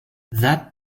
that